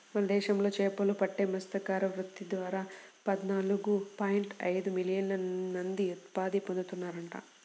మన దేశంలో చేపలు పట్టే మత్స్యకార వృత్తి ద్వారా పద్నాలుగు పాయింట్ ఐదు మిలియన్ల మంది ఉపాధి పొందుతున్నారంట